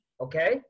Okay